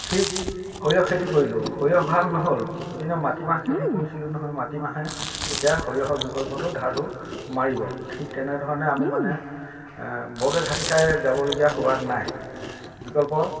ঠিক সৰিয়হ খেতি কৰিলোঁ সৰিয়হ ভাল নহ'ল ইপিনে মাতিমাহ খেতি কৰিছিলোঁ নহয় মাতিমাহে তেতিয়া সৰিয়হৰ বিকল্পটো ধাৰটো মাৰিব ঠিক তেনেধৰণে আমি মানে বৰকৈ ঘাটি খাই যাবলগীয়া হোৱা নাই বিকল্প